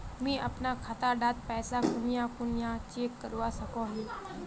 मुई अपना खाता डात पैसा कुनियाँ कुनियाँ चेक करवा सकोहो ही?